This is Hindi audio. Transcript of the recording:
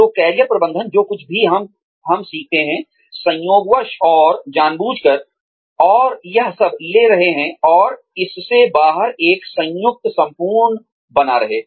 तो कैरियर प्रबंधन जो कुछ भी हम सीखते हैं संयोगवश और जानबूझकर और यह सब ले रहे हैं और इससे बाहर एक संयुक्त संपूर्ण बना रहे हैं